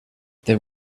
there